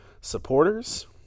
supporters